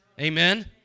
amen